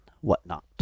whatnot